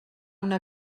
una